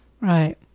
Right